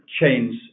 chains